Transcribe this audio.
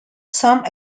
some